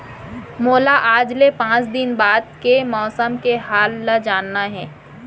मोला आज ले पाँच दिन बाद के मौसम के हाल ल जानना हे?